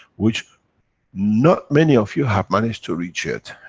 which not many of you have managed to reach yet.